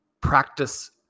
practice